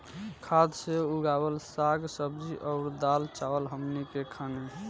खाद से उगावल साग सब्जी अउर दाल चावल हमनी के खानी